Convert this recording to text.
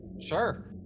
Sure